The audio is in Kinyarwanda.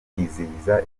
kwizihiza